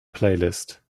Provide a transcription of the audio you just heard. playlist